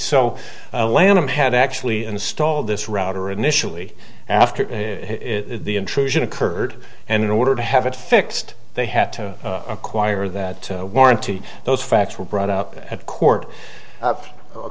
so lanham had actually installed this router initially after the intrusion occurred and in order to have it fixed they had to acquire that warranty those facts were brought up at court